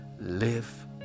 live